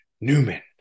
newman